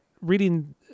Reading